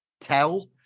tell